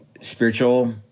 spiritual